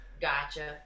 Gotcha